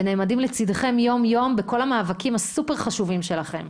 ונעמדים לצידכם יום-יום בכל המאבקים הסופר חשובים שלכם.